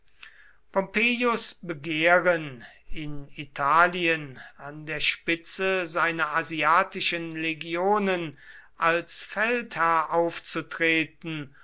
begehren in italien an der spitze seiner asiatischen legionen als feldherr aufzutreten